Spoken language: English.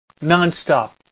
Non-stop